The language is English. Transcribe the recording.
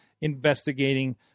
investigating